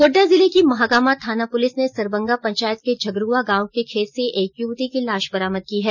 गोड्डा जिले की महागामा थाना पुलिस ने सरबंगा पंचायत के झगरुआ गांव के खेत से एक युवती की लाश बरामद की है